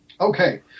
Okay